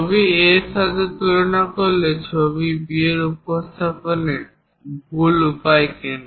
ছবি A এর সাথে তুলনা করলে ছবি B উপস্থাপনের ভুল উপায় কেন